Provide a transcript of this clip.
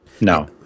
no